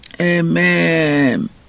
Amen